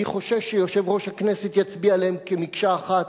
אני חושש שיושב-ראש הכנסת יצביע עליהם כמקשה אחת,